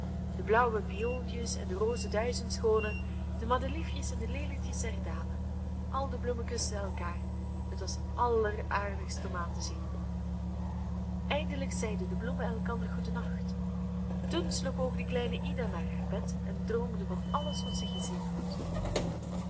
de blauwe viooltjes en de roode duizendschoonen de madeliefjes en de lelietjes der dalen al de bloemen kusten elkaar het was alleraardigst om aan te zien eindelijk zeiden de bloemen elkander goeden nacht toen sloop ook de kleine ida naar haar bed en droomde van alles wat zij gezien had